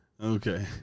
Okay